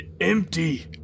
empty